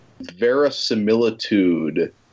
verisimilitude